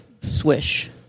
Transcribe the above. swish